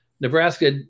Nebraska –